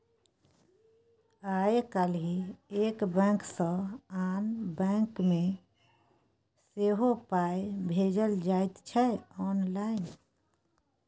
आय काल्हि एक बैंक सँ आन बैंक मे सेहो पाय भेजल जाइत छै आँनलाइन